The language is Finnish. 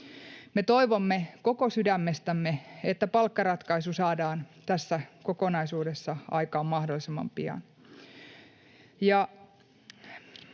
Me toivomme koko sydämestämme, että palkkaratkaisu saadaan tässä kokonaisuudessa aikaan mahdollisimman pian.